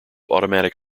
automatic